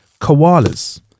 Koalas